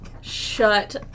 Shut